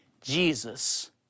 Jesus